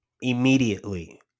immediately